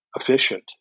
efficient